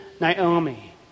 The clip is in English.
Naomi